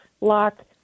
lock